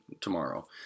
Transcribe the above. tomorrow